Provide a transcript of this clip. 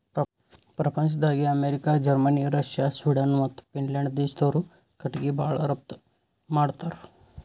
ಪ್ರಪಂಚ್ದಾಗೆ America, Germany, Russia, Sweden ಮತ್ತ್ Finland ದೇಶ್ದವ್ರು ಕಟಿಗಿ ಭಾಳ್ ರಫ್ತು ಮಾಡತ್ತರ್